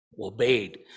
obeyed